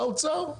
האוצר.